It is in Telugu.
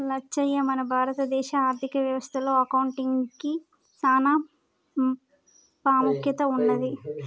లచ్చయ్య మన భారత దేశ ఆర్థిక వ్యవస్థ లో అకౌంటిగ్కి సాన పాముఖ్యత ఉన్నది